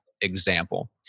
example